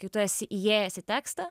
kai tu esi įėjęs į tekstą